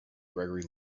gregory